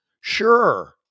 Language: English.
sure